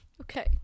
Okay